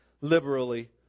liberally